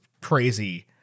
crazy